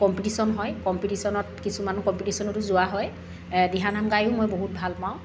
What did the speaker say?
competition হয় কম্পিটিশ্য়নত কিছুমান কম্পিটিশ্য়নতো যোৱা হয় দিহানাম গায়ো মই বহুত ভাল পাওঁ